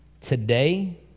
today